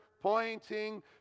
pointing